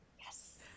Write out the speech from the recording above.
yes